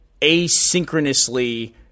asynchronously